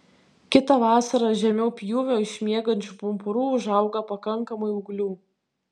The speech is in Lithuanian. kitą vasarą žemiau pjūvio iš miegančių pumpurų užauga pakankamai ūglių